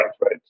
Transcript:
right